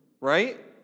Right